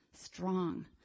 strong